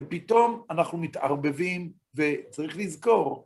פתאום אנחנו מתערבבים, וצריך לזכור...